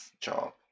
job